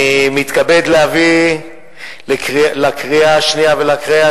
אני מתכבד להביא לקריאה השנייה ולקריאה